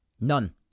none